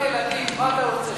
מה אתה רוצה,